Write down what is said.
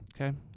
Okay